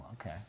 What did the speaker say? okay